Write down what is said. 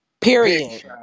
Period